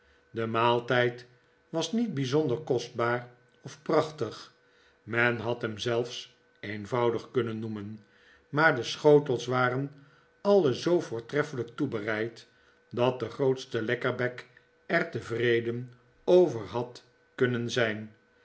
bijzonder kostbaar of prachtig men had hem zelfs eenvoudig kunnen noemen maar de schotels waren alle zoo voortreffelijk toebereid dat de grootste lekkerbek er tevreden over had kunnen zijn